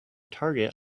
target